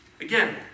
Again